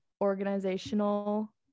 organizational